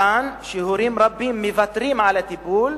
מכאן שהורים רבים מוותרים על הטיפול,